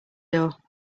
door